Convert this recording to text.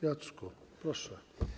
Jacku, proszę.